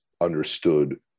understood